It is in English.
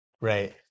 Right